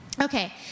Okay